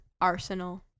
Arsenal